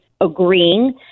agreeing